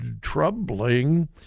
troubling